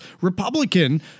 Republican